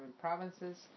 provinces